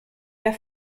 der